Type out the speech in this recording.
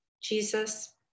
Jesus